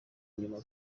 inyuma